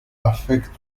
affectent